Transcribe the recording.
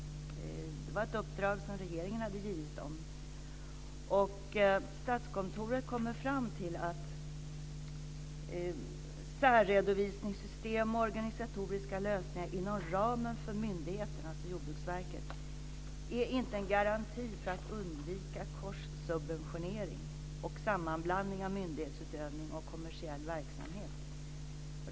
Det var ett uppdrag som regeringen hade givit dem. Statskontoret kom fram till att särredovisningssystem och organisatoriska lösningar inom ramen för myndigheten, alltså Jordbruksverket, inte är en garanti för att undvika korssubventionering och sammanblandning av myndighetsutövning och kommersiell verksamhet.